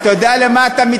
אתה יודע למה אתה,